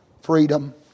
Freedom